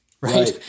right